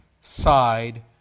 side